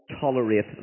tolerate